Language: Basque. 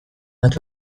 bat